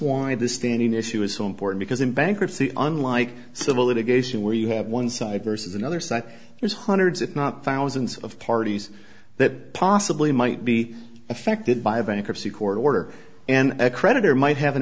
why the standing issue is so important because in bankruptcy unlike civil litigation where you have one side versus another side there's hundreds if not thousands of parties that possibly might be affected by a bankruptcy court order and a creditor might have an